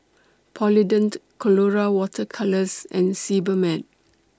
Polident Colora Water Colours and Sebamed